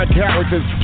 characters